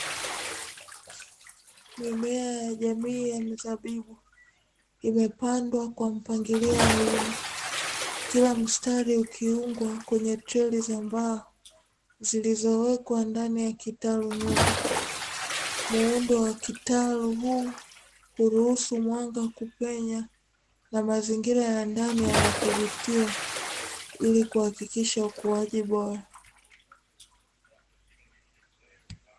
Mimea ya mizabibu imepandwa kwa mpangilio wa wima. Kila mstari ukiungwa kwenye treli za mbao zilizowekwa ndani ya kitalu nyumba. Muundo wa kitalu huu huruhusu mwanga kupenya, na mazingira ya ndani yanadhibitiwa ili kuhakikisha ukuaji bora.